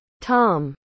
Tom